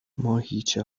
ماهیچه